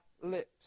lips